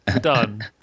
done